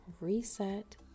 reset